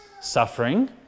suffering